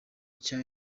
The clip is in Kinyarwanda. nshya